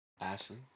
Ashley